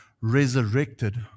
resurrected